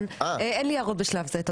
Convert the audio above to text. אין לי הערות בשלב זה.